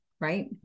right